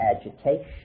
agitation